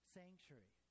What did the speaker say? sanctuary